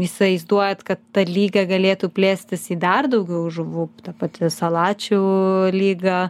įsivaizduojat kad ta lyga galėtų plėstis į dar daugiau žuvų ta pati salačių lyga